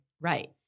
Right